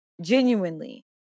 Genuinely